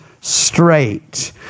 straight